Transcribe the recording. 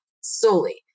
solely